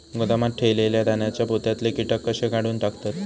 गोदामात ठेयलेल्या धान्यांच्या पोत्यातले कीटक कशे काढून टाकतत?